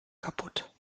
kaputt